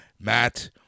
Matt